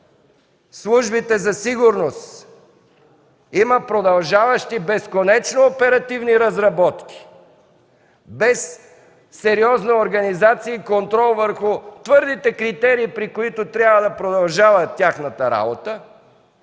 службите за сигурност има продължаващи безконечно оперативни разработки, без сериозна организация и контрол върху твърдите критерии, при които трябва да продължава тяхната работа,